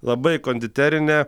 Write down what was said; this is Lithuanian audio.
labai konditerinė